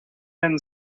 been